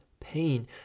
pain